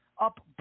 up